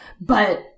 But-